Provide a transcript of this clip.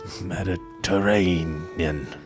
mediterranean